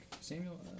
Samuel